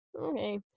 okay